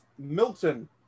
Milton